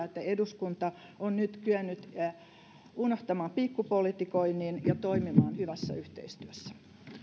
että eduskunta on nyt kyennyt unohtamaan pikkupolitikoinnin ja toimimaan hyvässä yhteistyössä